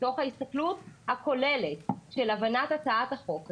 מתוך ההסתכלות הכוללת של הבנת הצעת החוק הזו,